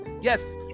yes